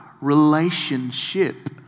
relationship